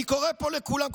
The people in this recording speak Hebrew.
אני קורא פה לכולם,